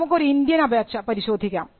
നമുക്ക് ഒരു ഇന്ത്യൻ അപേക്ഷ പരിശോധിക്കാം